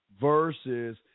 versus